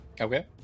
Okay